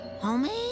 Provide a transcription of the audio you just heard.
Homie